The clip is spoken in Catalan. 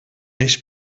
eix